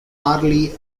lee